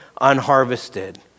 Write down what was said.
unharvested